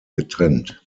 getrennt